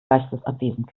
geistesabwesend